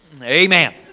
Amen